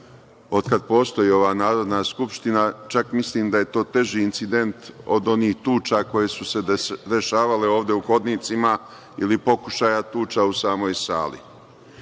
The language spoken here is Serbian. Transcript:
od kada postoji ova Narodna skupština, čak mislim da je to teži incident od onih tuča koje su se dešavale ovde u hodnicima ili pokušaja tuča u samoj sali? Kada